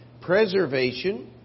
preservation